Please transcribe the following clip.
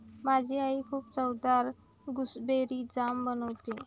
माझी आई खूप चवदार गुसबेरी जाम बनवते